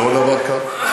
זה לא דבר קל,